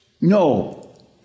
No